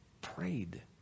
prayed